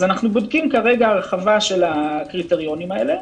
אז אנחנו בודקים כרגע הרחבה של הקריטריונים האלה.